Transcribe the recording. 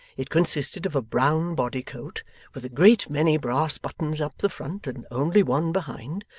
it consisted of a brown body-coat with a great many brass buttons up the front and only one behind,